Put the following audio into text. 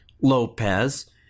...Lopez